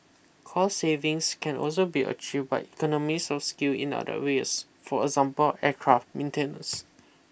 cost savings can also be achieved by economies of scale in other areas for example aircraft maintenance